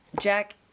Jack